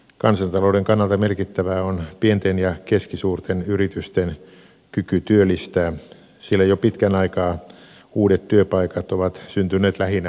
kansantalouden kannalta merkittävää on pienten ja keskisuurten yritysten kyky työllistää sillä jo pitkän aikaa uudet työpaikat ovat syntyneet lähinnä pk sektorille